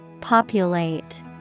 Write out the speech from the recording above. Populate